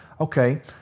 Okay